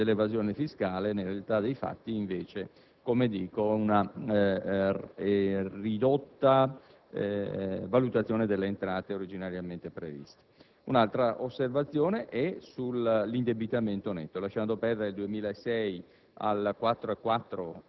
assolutamente sbagliata, il recupero dell'evasione fiscale. Nella realtà dei fatti, invece, si tratta di una ridotta valutazione delle entrate originariamente previste.